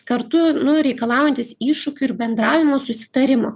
kartu nu reikalaujantis iššūkių ir bendravimo susitarimo